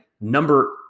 number